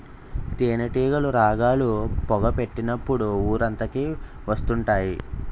తేనేటీగలు రాగాలు, పొగ పెట్టినప్పుడు ఊరంతకి వత్తుంటాయి